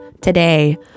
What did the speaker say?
today